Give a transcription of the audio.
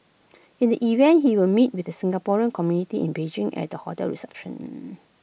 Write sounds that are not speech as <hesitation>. in the evening he will meet with the Singaporean community in Beijing at A hotel reception <hesitation>